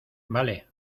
vale